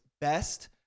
best